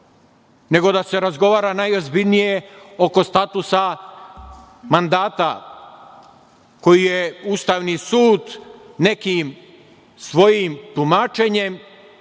nego da se razgovara najozbiljnije oko statusa mandata koji je Ustavni sud nekim svojim tumačenjem